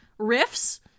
riffs